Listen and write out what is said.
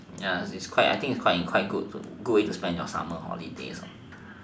ya it's quite I think it's quite a good way to spend your summer holidays